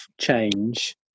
change